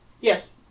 Yes